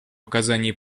оказании